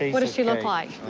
ah what does she look like?